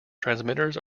transmitters